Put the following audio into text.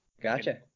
Gotcha